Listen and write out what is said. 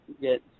get